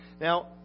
Now